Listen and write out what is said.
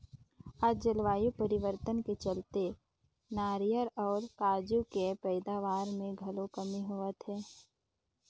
आज जलवायु परिवर्तन के चलते नारियर अउ काजू के पइदावार मे घलो कमी होवत हे